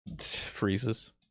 Freezes